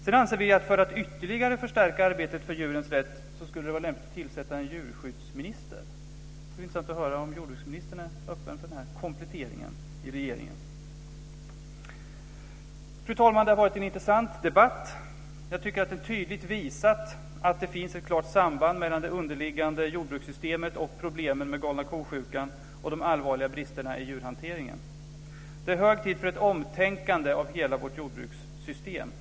Vi anser att för att ytterligare förstärka arbetet för djurens rätt skulle det vara lämpligt att tillsätta en djurskyddsminister. Det skulle vara intressant att höra om jordbruksministern är öppen för den kompletteringen i regeringen. Fru talman! Det har varit en intressant debatt. Jag tycker att den har tydligt visat att det finns ett klart samband mellan det underliggande jordbrukssystemet, problemen med galna ko-sjukan och de allvarliga bristerna i djurhanteringen. Det är hög tid för ett omtänkande av hela vårt jordbrukssystem.